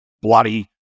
bloody